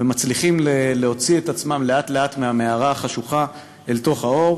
ומצליחים להוציא את עצמם לאט-לאט מהמערה החשוכה אל תוך האור.